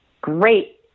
great